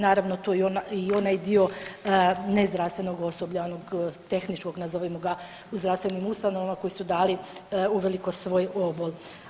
Naravno tu je i onaj dio nezdravstvenog osoblja onog tehničkog nazovimo ga u zdravstvenim ustanovama koji su dali uveliko svoj obol.